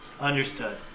Understood